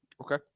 Okay